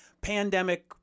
Pandemic